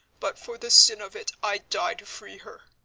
but for the sin of it i'd die to free her.